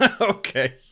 okay